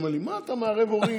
הוא אומר לי: מה אתה מערב הורים?